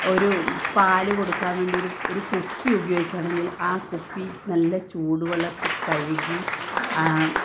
ഒരു പാല് കൊടുക്കാൻ വേണ്ടി ഒരു ഒരു കുപ്പി ഉപയോഗിക്കുകയാണെങ്കിൽ ആ കുപ്പി നല്ല ചൂടുവെള്ളത്തിൽ കഴുകി